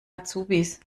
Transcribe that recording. azubis